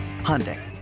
Hyundai